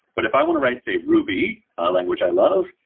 but if i want to write, say, ruby, a language i love,